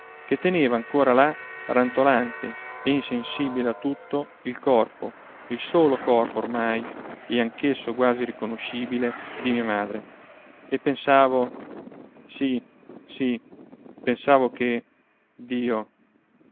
che teneva ancora là rantolante e insensibile a tutto il corpo il solo corpo ormai e anch'esso quasi irriconoscibile di mia madre e pensavo sì sì pensavo che dio